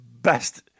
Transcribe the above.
best